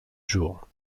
jour